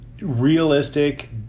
realistic